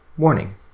Warning